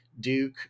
Duke